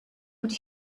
would